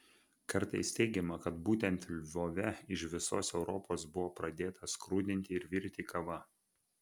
kartais teigiama kad būtent lvove iš visos europos buvo pradėta skrudinti ir virti kava